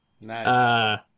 Nice